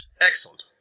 Excellent